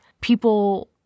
people